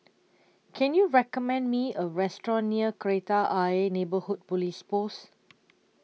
Can YOU recommend Me A Restaurant near Kreta Ayer Neighbourhood Police Post